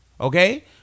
okay